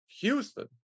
Houston